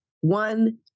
One